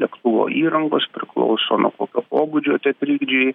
lėktuvo įrangos priklauso nuo kokio pobūdžio tie trikdžiai